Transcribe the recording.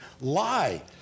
lie